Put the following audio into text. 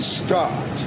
start